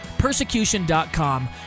persecution.com